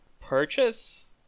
purchase